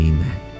Amen